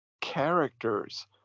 characters